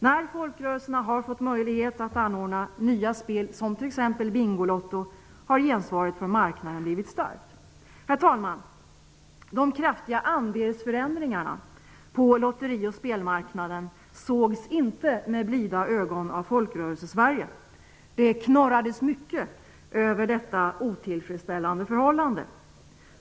När folkrörelserna har fått möjlighet att anordna nya spel, som t.ex. Bingolotto, har gensvaret från marknaden blivit starkt. Herr talman! De kraftiga andelsförändringarna på lotteri och spelmarknaden sågs inte med blida ögon av Folkrörelsesverige. Det knorrades mycket över detta otillfredsställande förhållande.